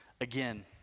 again